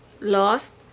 lost